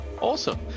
Awesome